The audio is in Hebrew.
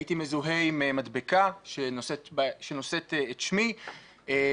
הייתי מזוהה עם מדבקה שנושאת את שמי,